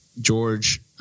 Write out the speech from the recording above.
George –